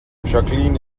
jacqueline